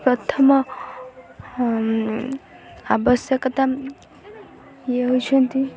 ପ୍ରଥମ ଆବଶ୍ୟକତା ଇଏ ହେଉଛନ୍ତି